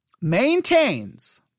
maintains